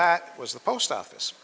that was the post office